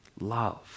love